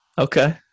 Okay